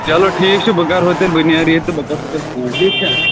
چلو ٹھیٖک چھُ بہٕ کرہو تیٚلہِ بہٕ نیرٕ ییٚتہٕ تہٕ بہٕ کرہو تیٚلہِ فون ٹھیٖک چھا